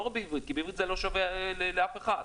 לא רק בעברית כי בעברית זה לא שווה לאף אחד.